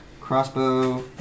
Crossbow